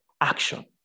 action